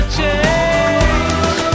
change